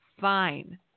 fine